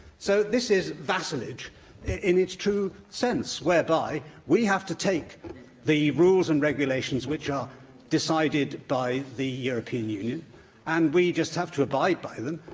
so, this is vassalage in its true sense, whereby we have to take the rules and regulations that are decided by the european union and we just have to abide by them.